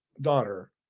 daughter